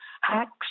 hacks